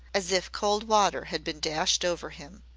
as if cold water had been dashed over him.